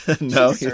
No